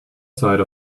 side